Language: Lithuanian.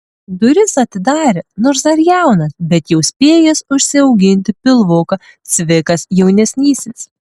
duris atidarė nors dar jaunas bet jau spėjęs užsiauginti pilvuką cvikas jaunesnysis